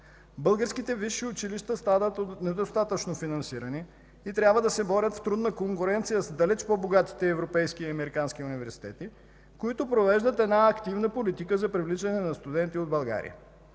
Българските висши училища страдат от недостатъчно финансиране и трябва да се борят в трудна конкуренция с далеч по-богатите европейски и американски университети, които провеждат една активна политика за привличане на студенти от България.